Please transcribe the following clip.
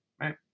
Right